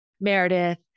Meredith